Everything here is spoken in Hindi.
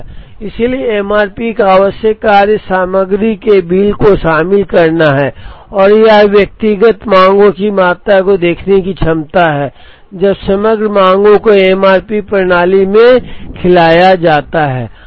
इसलिए एमआरपी का आवश्यक कार्य सामग्री के बिल को शामिल करना है और यह व्यक्तिगत मांगों की मात्रा को देखने की क्षमता है जब समग्र मांगों को एमआरपी प्रणाली में खिलाया जाता है